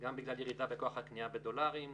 גם בגלל ירידה בכוח הקנייה בדולרים,